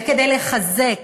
וכדי לחזק